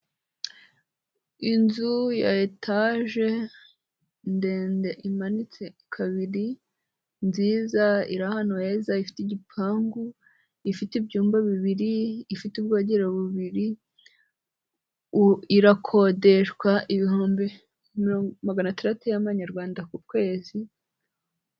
Inzu ya etage ndende imanitse kabiri, nziza iri ahantu heza ifite igipangu, ifite ibyumba bibiri, ifite ubwogero bubiri, irakodeshwa ibihumbi magana atandatu y'amanyarwanda ku kwezi.